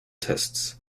tests